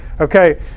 Okay